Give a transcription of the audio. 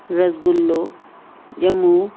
रसगुलो ॼमूं